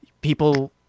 people